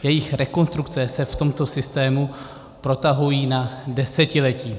Jejich rekonstrukce se v tomto systému protahují na desetiletí.